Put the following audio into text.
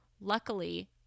Luckily